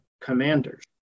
commanders